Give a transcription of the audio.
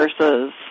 versus